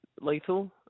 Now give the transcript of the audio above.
lethal